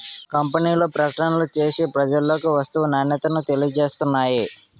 కంపెనీలు ప్రకటనలు చేసి ప్రజలలోకి వస్తువు నాణ్యతను తెలియజేస్తున్నాయి